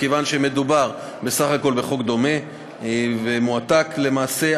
מכיוון שמדובר בסך הכול בחוק דומה ומועתק, למעשה,